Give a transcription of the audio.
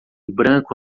branco